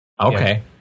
okay